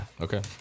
Okay